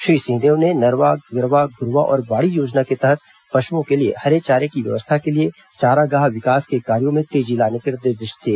श्री सिंहदेव ने नरवा गरूवा घुरूवा और बाड़ी योजना के तहत पशुओं के लिए हरे चारे की व्यवस्था के लिए चारागाह विकास के कार्यों में तेजी लाने के निर्देश दिए